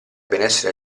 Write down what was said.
benessere